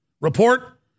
report